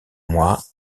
mois